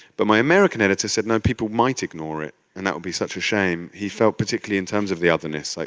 but my american editor said, no, people might ignore it and that would be such a shame. he felt particularly in terms of the otherness. like